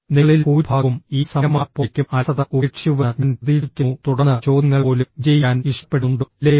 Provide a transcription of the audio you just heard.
നിങ്ങളിൽ ഭൂരിഭാഗവും ഈ സമയമായപ്പോഴേക്കും അലസത ഉപേക്ഷിച്ചുവെന്ന് ഞാൻ പ്രതീക്ഷിക്കുന്നു തുടർന്ന് ചോദ്യങ്ങൾ പോലും വിജയിക്കാൻ ഇഷ്ടപ്പെടുന്നുണ്ടോ ഇല്ലയോ